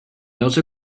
also